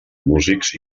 músics